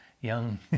young